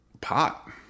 Pot